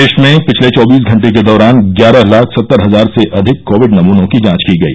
देश में पिछले चौबीस घंटे के दौरान ग्यारह लाख सत्तर हजार से अधिक कोविड नमूनों की जांच की गई